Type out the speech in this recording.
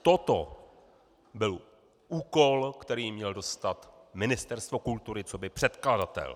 Toto byl úkol, který mělo dostat Ministerstvo kultury coby předkladatel.